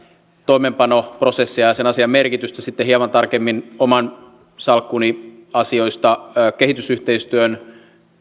toimeenpanoprosessia ja sen asian merkitystä sitten hieman tarkem min oman salkkuni asioita kehitysyhteistyön